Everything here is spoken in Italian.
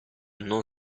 non